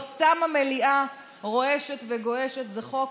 לא סתם המליאה רועשת וגועשת, זה חוק